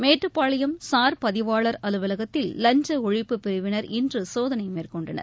மேட்டுப்பாளையம் சார் பதிவாளர் அலுவலகத்தில் லஞ்ச ஒழிப்பு பிரிவினர் இன்று சோதனை மேற்கொண்டனர்